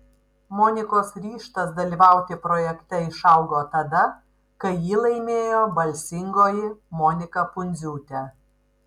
monikos ryžtas dalyvauti projekte išaugo tada kai jį laimėjo balsingoji monika pundziūtė